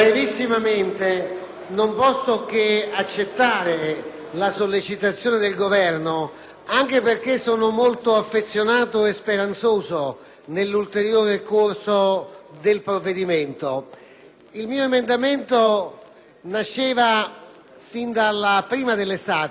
Il mio emendamento risale a prima dell'estate e riguarda le cosiddette stragi del sabato sera. Da allora sono stati raggiunti livelli ancora più preoccupanti. Non sono un massimalista e non sono un proibizionista;